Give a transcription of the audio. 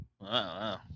wow